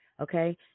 Okay